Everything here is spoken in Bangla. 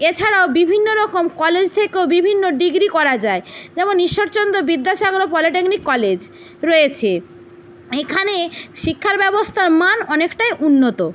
এছাড়াও বিভিন্ন রকম কলেজ থেকেও বিভিন্ন ডিগ্রি করা যায় যেমন ঈশ্বরচন্দ্র বিদ্যাসাগর ও পলিটেকনিক কলেজ রয়েছে এখানে শিক্ষা ব্যবস্থার মান অনেকটাই উন্নত